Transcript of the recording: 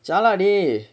jialat eh